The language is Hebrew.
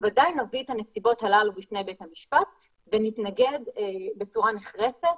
שבוודאי נביא את הנסיבות הללו בפני בית המשפט ונתנגד בצורה נחרצת